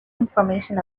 information